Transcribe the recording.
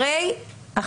כי זה חוק שלכן.